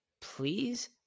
please